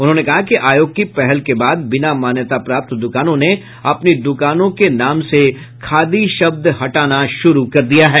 उन्होंने कहा कि आयोग की पहल के बाद बिना मान्यता प्राप्त दुकानों ने अपनी दुकानों के नाम से खादी शब्द हटाना शुरू कर दिया है